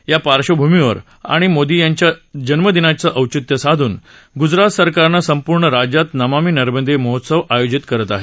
त्या पार्श्वभूमीवर आणि मोदी यांच्या जन्मदिनाचं औचित्य साधून ग्जरात सरकार संपूर्ण राज्यात नमामि नर्मद महोत्सव आयोजित करत आहे